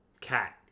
Cat